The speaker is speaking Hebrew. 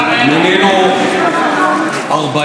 (חבר הכנסת איתמר בן גביר יוצא מאולם המליאה.) מינינו 40